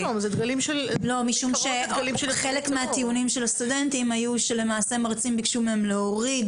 משום שחלק מהטיעונים של הסטודנטים היו שלמעשה מרצים ביקשו מהם להוריד